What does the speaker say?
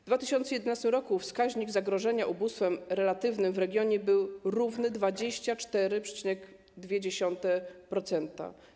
W 2011 r. wskaźnik zagrożenia ubóstwem relatywnym w regionie był równy 24,2%.